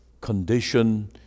condition